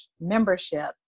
membership